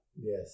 Yes